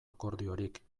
akordiorik